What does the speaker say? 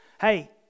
hey